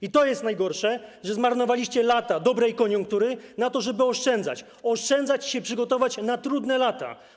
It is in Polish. I to jest najgorsze, że zmarnowaliście lata dobrej koniunktury na to, żeby oszczędzać, oszczędzać i się przygotować na trudne lata.